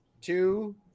two